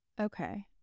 okay